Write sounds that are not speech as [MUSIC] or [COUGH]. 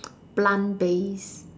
[NOISE] plant based